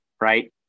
Right